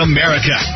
America